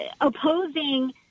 opposing